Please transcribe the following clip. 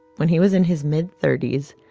when he was in his mid thirty s,